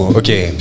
okay